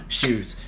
shoes